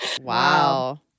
wow